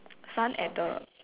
sun at the